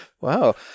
Wow